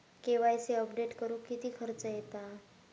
KYC update करुक किती खर्च येता?